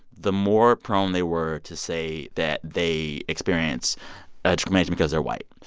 the more prone they were to say that they experience discrimination because they're white.